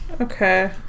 Okay